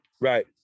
right